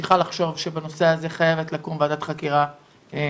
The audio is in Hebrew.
ממשיכה לחשוב שבנושא הזה חייבת לקום ועדת חקירה ממלכתית,